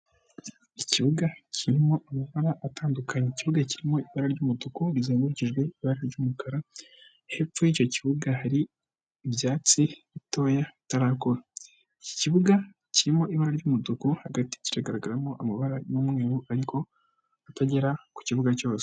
Ikibuga kirimo amabara atandukanye, ikibuga kirimo ibara ry'umutuku rizengurukijwe ibara ry'umukara, hepfo yicyo kibuga hari ibyatsi bitoya bitarakura, iki ikibuga kirimo ibara ry'umutuku, hagati kiragaragaramo amabara y'umweru, ariko atagera ku kibuga cyose.